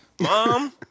Mom